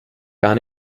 gar